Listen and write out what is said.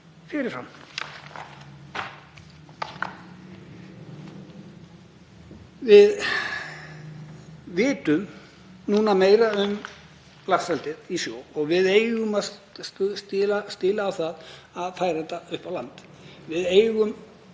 fyrir fram.“ Við vitum núna meira um laxeldi í sjó og við eigum að stíla inn á það að færa þetta upp á land. Við ættum,